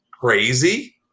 Crazy